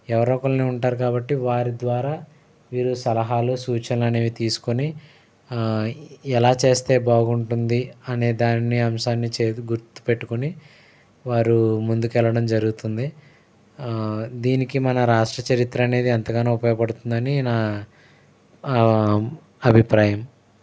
ఎవరో ఒకరిని ఉంటారు కాబట్టి వారి ద్వారా వీరు సలహాలు సూచనలు అనేవి తీసుకుని ఎలా చేస్తే బాగుంటుంది అనేదాన్ని అంశాన్ని చే గుర్తు పెట్టుకొని వారు ముందుకు వెళ్ళడం జరుగుతుంది దీనికి మన రాష్ట్ర చరిత్ర అనేది ఎంతగానో ఉపయోగపడుతుందని నా అభిప్రాయం